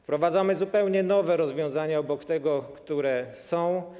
Wprowadzamy zupełnie nowe rozwiązania obok tych, które są.